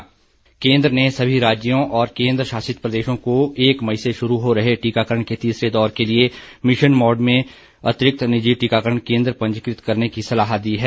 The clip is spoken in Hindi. टीकाकरण केंद्र ने सभी राज्यों और केंद्र शासित प्रदेशों को एक मई से शुरू हो रहे टीकाकरण के तीसरे दौर के लिए मिशन मोड में अतिरिक्त निजी टीकाकरण केंद्र पंजीकृत करने की सलाह दी है